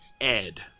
Ed